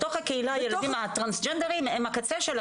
בתוך הקהילה הילדים הטרנסג'נדרים הם הקצה של הקצה.